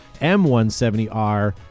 M170R